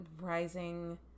Rising